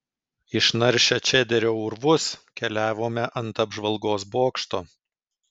išnaršę čederio urvus keliavome ant apžvalgos bokšto